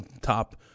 top